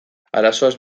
arazoaz